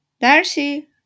Darcy